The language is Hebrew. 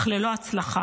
אך ללא הצלחה.